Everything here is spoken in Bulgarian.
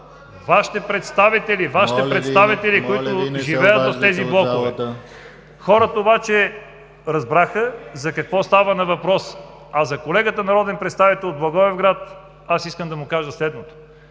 Вашите представители, които живеят в тези блокове. Хората обаче разбраха за какво става въпрос. А за колегата народен представител от Благоевград, искам да му кажа следното.